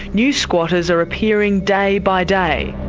new squatters are appearing day by day.